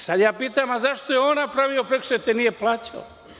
Sada ja pitam – zašto je on napravio prekršaj te nije plaćao?